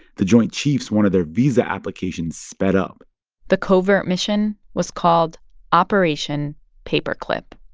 the joint chiefs wanted their visa applications sped up the covert mission was called operation paperclip